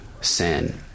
sin